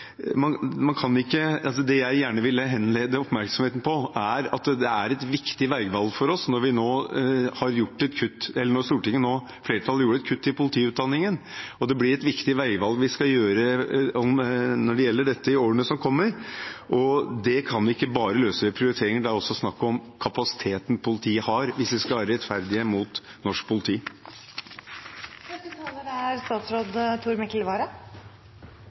det er et viktig veivalg for oss når stortingsflertallet nå har kuttet i politiutdanningen. Det blir et viktig veivalg vi skal ta når det gjelder dette i årene som kommer. Det kan vi ikke løse bare med prioriteringer, det er også snakk om kapasiteten politiet har – hvis vi skal være rettferdige mot norsk politi. Med den kommende stortingsmeldingen tenker jeg å invitere til en debatt om både kapasitet, innhold og prioritering av utdannelsesløp. Jeg synes det er